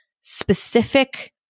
specific